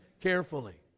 carefully